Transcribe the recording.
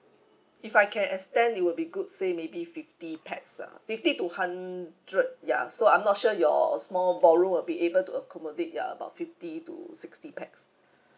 if I can extend it would be good say maybe fifty pax ah fifty to hundred ya so I'm not sure your small ballroom will be able to accommodate ya about fifty to sixty pax